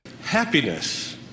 Happiness